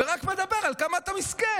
ורק מדבר על כמה אתה מסכן,